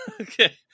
Okay